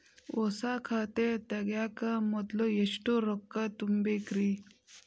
ಹೊಸಾ ಖಾತೆ ತಗ್ಯಾಕ ಮೊದ್ಲ ಎಷ್ಟ ರೊಕ್ಕಾ ತುಂಬೇಕ್ರಿ?